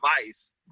advice